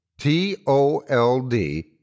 T-O-L-D